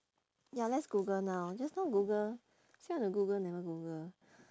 ya let's google now just now google say want to google never google